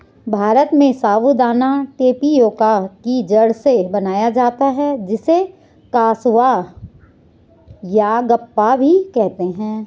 भारत में साबूदाना टेपियोका की जड़ से बनाया जाता है जिसे कसावा यागप्पा भी कहते हैं